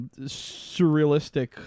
surrealistic